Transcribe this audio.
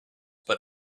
but